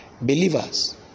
Believers